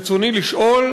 רצוני לשאול: